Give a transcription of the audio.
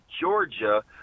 Georgia